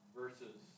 versus